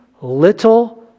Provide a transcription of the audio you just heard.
little